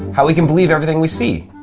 how we can believe everything we see.